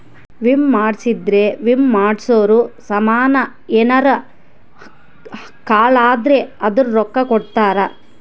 ವಿಮೆ ಮಾಡ್ಸಿದ್ರ ವಿಮೆ ಮಾಡ್ಸಿರೋ ಸಾಮನ್ ಯೆನರ ಹಾಳಾದ್ರೆ ಅದುರ್ ರೊಕ್ಕ ಕೊಡ್ತಾರ